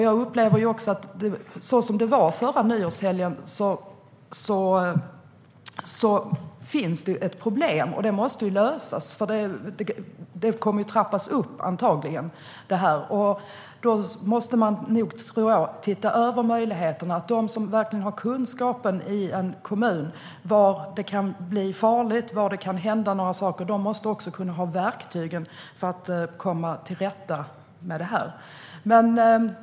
Jag upplever också att det som hände under nyårshelgen är ett problem, och det måste lösas, för det här kommer antagligen att trappas upp. Då måste man nog, tror jag, titta över möjligheterna så att de som verkligen har kunskapen i en kommun om var det kan bli farligt och hända saker också har verktygen för att komma till rätta med det här.